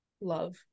love